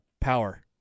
power